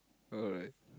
alright